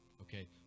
okay